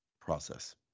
process